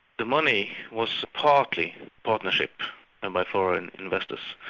the money was partly partnership and by foreign investors,